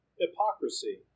hypocrisy